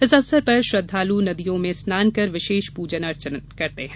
इस अवसर पर श्रद्वालू पवित्र नदियों में स्नान कर विशेष प्रजन अर्चन करते हैं